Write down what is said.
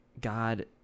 god